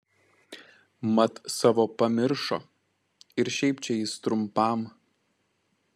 mat savo pamiršo ir šiaip čia jis trumpam